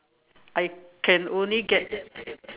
I can only get